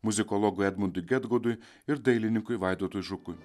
muzikologui edmundui gedgaudui ir dailininkui vaidotui žukui